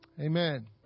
Amen